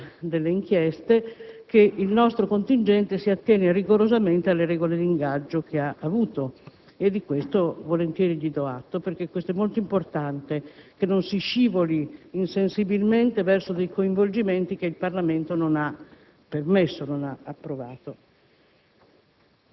salvo eventuali esiti contrari delle inchieste, che il nostro contingente si attiene rigorosamente alle regole di ingaggio che ha avuto. E di questo volentieri gli do atto. È molto importante che non si scivoli insensibilmente verso dei coinvolgimenti che il Parlamento non ha approvato.